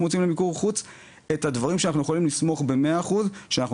מוציאים למיקור חוץ את הדברים שאנחנו יכולים לסמוך ב-100% שאנחנו